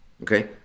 okay